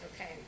Okay